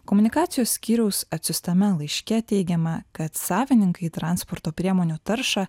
komunikacijos skyriaus atsiųstame laiške teigiama kad savininkai transporto priemonių taršą